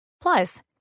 Plus